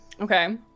Okay